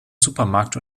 supermarkt